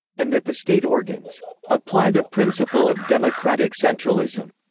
and that the state organs apply the principle of democratic centralism.